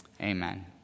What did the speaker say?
amen